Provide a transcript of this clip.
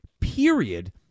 period